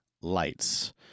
Lights